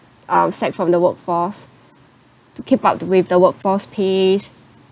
um sacked from the workforce to keep up with the workforce pace